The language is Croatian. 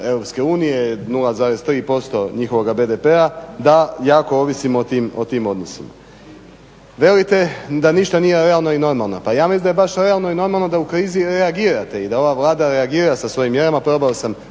EU, 0,3% njihovoga BDP-a, da jako ovisimo o tim odnosima. Velite da ništa nije realno i normalno. Pa ja mislim da je baš realno i normalno da u krizi reagirate i da ova Vlada reagira sa svojim mjerama. Probao sam